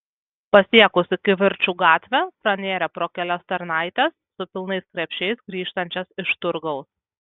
pasiekusi kivirčų gatvę pranėrė pro kelias tarnaites su pilnais krepšiais grįžtančias iš turgaus